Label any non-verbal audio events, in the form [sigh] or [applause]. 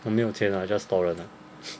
我没有钱 lah just torrent lah [breath]